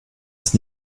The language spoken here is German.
ist